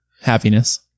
happiness